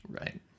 Right